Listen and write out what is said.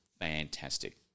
fantastic